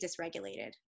dysregulated